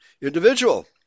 individual